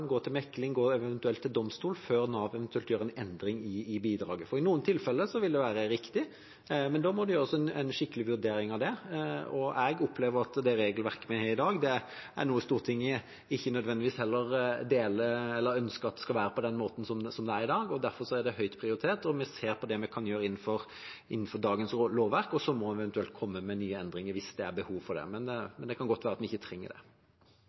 til mekling, eventuelt til domstolene, før Nav eventuelt gjør en endring i bidraget. I noen tilfeller vil det være riktig, men da må det gjøres en skikkelig vurdering av det. Jeg opplever at det regelverket vi har i dag, er noe heller ikke Stortinget nødvendigvis ønsker skal være på den måten som det er i dag. Derfor er det høyt prioritert. Vi ser på hva vi kan gjøre innenfor dagens lovverk, og så må vi eventuelt komme med nye endringer hvis det er behov for det. Men det kan godt være at vi ikke trenger det.